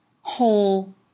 whole